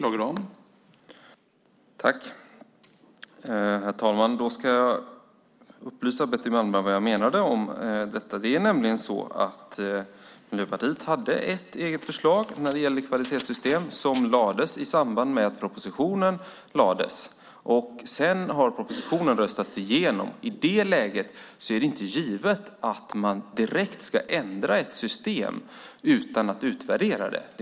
Herr talman! Jag ska upplysa Betty Malmberg om vad jag menade. Det är nämligen så att Miljöpartiet hade ett eget förslag om kvalitetssystem som lades fram i samband med att propositionen lades fram. Sedan har propositionen röstats igenom. I det läget är det inte givet att man direkt ska ändra ett system utan att utvärdera det.